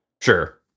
sure